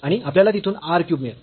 आणि आपल्याला तिथून r क्यूब मिळेल